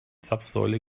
zapfsäule